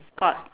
got